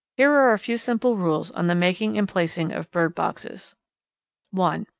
here are a few simple rules on the making and placing of bird boxes one.